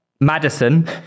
Madison